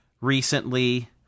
recently